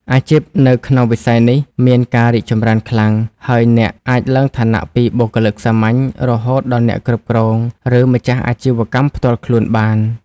អាជីពនៅក្នុងវិស័យនេះមានការរីកចម្រើនខ្លាំង ហើយអ្នកអាចឡើងឋានៈពីបុគ្គលិកសាមញ្ញរហូតដល់អ្នកគ្រប់គ្រងឬម្ចាស់អាជីវកម្មផ្ទាល់ខ្លួនបាន។